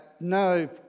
No